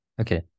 Okay